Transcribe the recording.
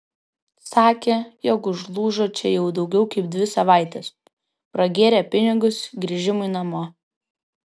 sakė jog užlūžo čia jau daugiau kaip dvi savaites pragėrė pinigus grįžimui namo